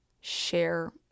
share